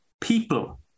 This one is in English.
people